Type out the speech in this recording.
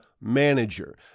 manager